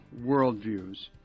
Worldviews